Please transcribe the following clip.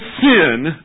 sin